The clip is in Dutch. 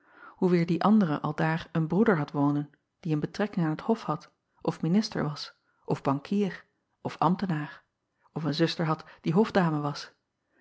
hoe weêr die andere aldaar een broeder had wonen die een betrekking aan t of had of minister was of bankier of ambtenaar of een zuster had die hofdame was